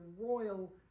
royal